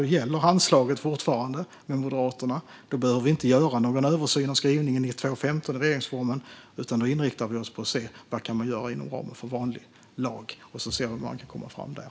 Då gäller handslaget med Moderaterna fortfarande, och då behöver vi inte göra någon översyn av skrivningen i 2 kap. 15 § regeringsformen. Då inriktar vi oss i stället på att se vad man kan göra inom ramen för vanlig lag och hur vi kan komma framåt där.